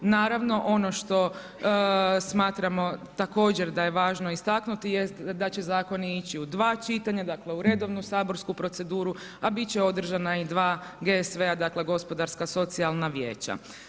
Naravno, ono što smatramo također da je važno istaknuti jest da će zakoni ići u dva čitanja, dakle u redovnu saborsku proceduru, a bit će održana i dva GSV-a, dakle gospodarska socijalna vijeća.